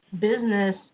business